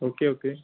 okay okay